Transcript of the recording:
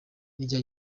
irya